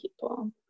people